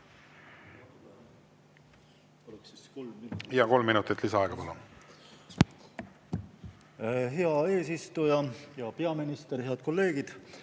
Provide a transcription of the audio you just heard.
Kolm minutit lisaaega, palun! Hea eesistuja! Hea peaminister! Head kolleegid!